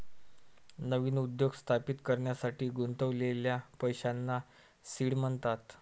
नवीन उद्योग स्थापित करण्यासाठी गुंतवलेल्या पैशांना सीड म्हणतात